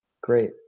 great